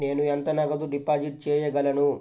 నేను ఎంత నగదు డిపాజిట్ చేయగలను?